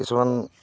কিছুমান